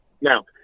Now